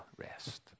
rest